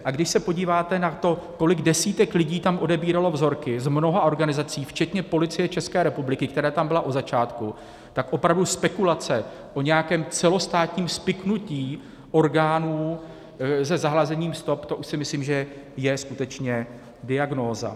A když se podíváte na to, kolik desítek lidí tam odebíralo vzorky z mnoha organizací, včetně Policie České republiky, která tam byla od začátku, tak opravdu spekulace o nějakém celostátním spiknutí orgánů se zahlazením stop, to už si myslím, že je skutečně diagnóza.